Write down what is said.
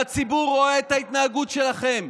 והציבור רואה את ההתנהגות שלכם,